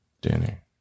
dinner